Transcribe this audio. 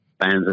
fans